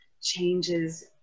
Changes